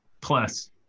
plus